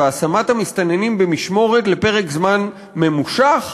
והשמת המסתננים במשמורת לפרק זמן ממושך,